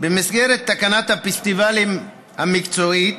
במסגרת תקנת הפסטיבלים המקצועית,